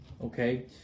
Okay